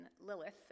Lilith